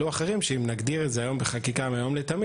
שאם נגדיר את זה היום בחקיקה מהיום לתמיד